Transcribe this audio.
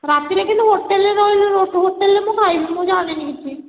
ରାତିରେ କିନ୍ତୁ ହୋଟେଲ୍ରେ ରହିଲେ ହୋଟେଲ୍ରେ ମୁଁ ଖାଇବି ମୁଁ ଜାଣିନି କିଛି